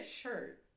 shirt